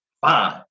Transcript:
fine